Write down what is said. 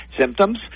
symptoms